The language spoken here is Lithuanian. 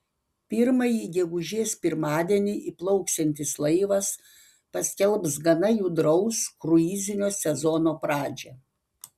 pirmąjį gegužės pirmadienį įplauksiantis laivas paskelbs gana judraus kruizinio sezono pradžią